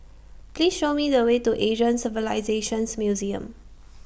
Please Show Me The Way to Asian Civilisations Museum